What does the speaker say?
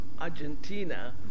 Argentina